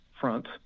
front